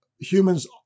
humans